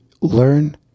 learn